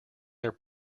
their